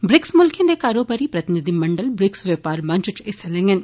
BRICS मुल्खें दे कारोबारी प्रतिनिधिमंडल ब्रिक्स व्यौपार मंच इच हिस्सा लैंडन